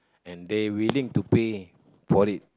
and they willing to pay for it